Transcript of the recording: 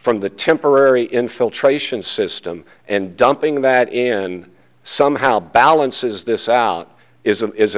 from the temporary infiltration system and dumping that in somehow balances this out is a is